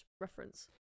reference